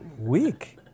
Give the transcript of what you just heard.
week